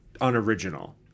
unoriginal